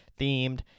themed